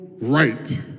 right